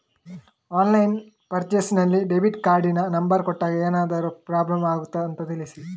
Online purchase ನಲ್ಲಿ debit ಕಾರ್ಡಿನ number ಕೊಟ್ಟಾಗ ಏನಾದರೂ ಪ್ರಾಬ್ಲಮ್ ಆಗುತ್ತದ ಅಂತ ತಿಳಿಸಿ?